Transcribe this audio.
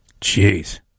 Jeez